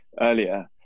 earlier